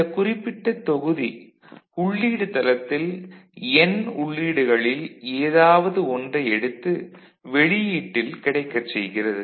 இந்த குறிப்பிட்ட தொகுதி உள்ளீட்டு தளத்தில் n உள்ளீடுகளில் ஏதாவது ஒன்றை எடுத்து வெளியீட்டில் கிடைக்கச் செய்கிறது